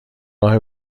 راه